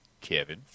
Kevin